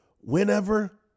whenever